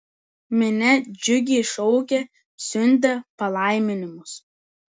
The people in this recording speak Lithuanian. minia džiugiai šaukė siuntė palaiminimus